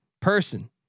person